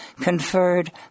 conferred